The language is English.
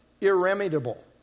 irremediable